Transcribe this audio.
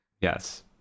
Yes